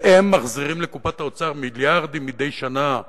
והם מחזירים לקופת האוצר מיליארדים מדי שנה,